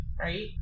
right